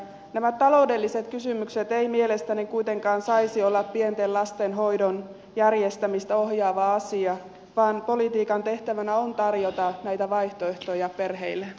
nämä taloudelliset kysymykset eivät mielestäni kuitenkaan saisi olla pienten lasten hoidon järjestämistä ohjaava asia vaan politiikan tehtävänä on tarjota näitä vaihtoehtoja perheille